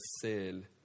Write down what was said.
sin